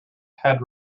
had